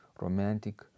romantic